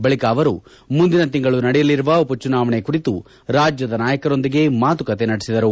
ಬಳಿಕ ಅವರು ಮುಂದಿನ ತಿಂಗಳು ನಡೆಯಲಿರುವ ಉಪಚುನಾವಣೆ ಕುರಿತು ರಾಜ್ಜದ ನಾಯಕರೊಂದಿಗೆ ಮಾತುಕತೆ ನಡೆಸಿದರು